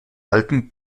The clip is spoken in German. alten